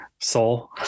soul